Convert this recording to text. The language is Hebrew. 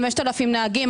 5,000 נהגים,